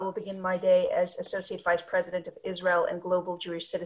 אני בגאווה רודף אחרי אנטישמים ופועל נגדם.